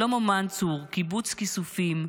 שלמה מנצור, קיבוץ כיסופים,